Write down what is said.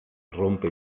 rompe